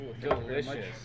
delicious